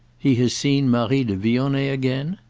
he has seen marie de vionnet again?